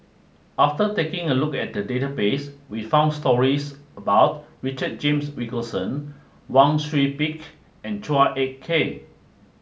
after taking a look at the database we found stories about Richard James Wilkinson Wang Sui Pick and Chua Ek Kay